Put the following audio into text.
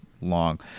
long